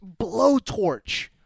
blowtorch